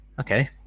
Okay